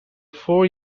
four